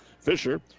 Fisher